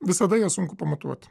visada ją sunku pamatuot